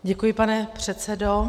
Děkuji, pane předsedo.